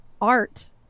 art